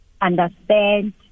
understand